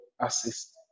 assist